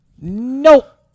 Nope